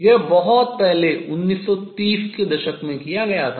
यह बहुत पहले 1930 के दशक में किया गया था